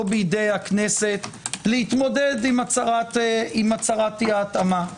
לא בידי הכנסת להתמודד עם הצהרת אי ההתאמה.